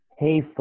Hey